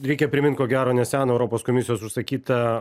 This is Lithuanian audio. reikia primint ko gero neseną europos komisijos užsakytą